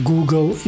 Google